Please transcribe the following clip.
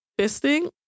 fisting